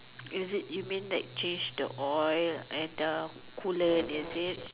is it you mean that change the oil the cooler is it